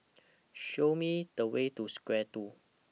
Show Me The Way to Square two